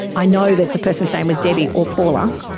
i know that the person's name was debbie or paula,